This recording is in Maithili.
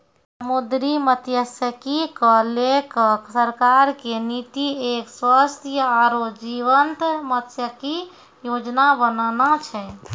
समुद्री मत्सयिकी क लैकॅ सरकार के नीति एक स्वस्थ आरो जीवंत मत्सयिकी योजना बनाना छै